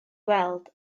weld